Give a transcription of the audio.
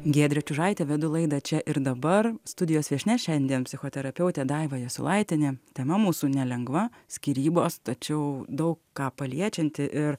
giedrė čiužaitė vedu laidą čia ir dabar studijos viešnia šiandien psichoterapeutė daiva jasiulaitienė tema mūsų nelengva skyrybos tačiau daug ką paliečianti ir